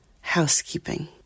Housekeeping